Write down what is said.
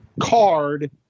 Card